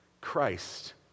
Christ